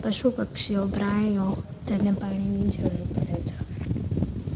પશુ પક્ષીઓ પ્રાણીઓ તેને પાણીની જરૂર પડે છે